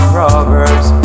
Proverbs